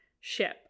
ship